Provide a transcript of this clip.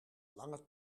lange